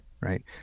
right